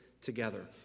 together